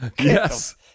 Yes